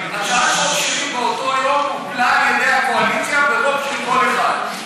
הצעת חוק שלי באותו יום הופלה על ידי הקואליציה ברוב של קול אחד.